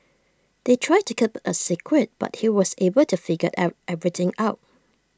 they tried to keep IT A secret but he was able to figure everything out